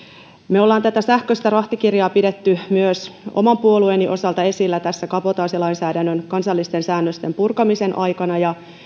me olemme tätä sähköistä rahtikirjaa pitäneet myös oman puolueeni osalla esillä kabotaasilainsäädännön kansallisten säädösten purkamisen aikana ja